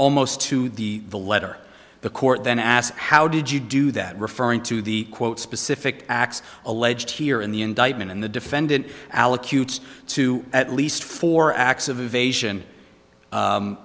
almost to the the letter the court then asked how did you do that referring to the quote specific acts alleged here in the indictment and the defendant allocute to at least four acts of evasion